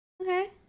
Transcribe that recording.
Okay